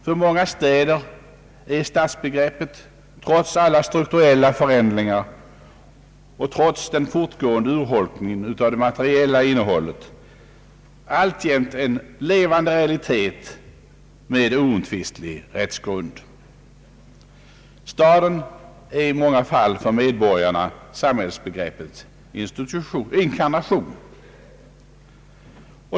| För många städer är stadsbegreppet trots alla strukturella förändringar och trots den fortgående urholkningen av det materiella innehållet alltjämt en 1evande realitet med oomtivistlig rättsgrund. Staden är i många fall för medborgarna samhällsbegreppets inkarnation.